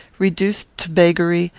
reduced to beggary,